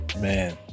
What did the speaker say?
Man